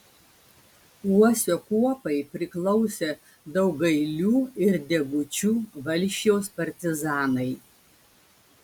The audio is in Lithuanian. uosio kuopai priklausė daugailių ir degučių valsčiaus partizanai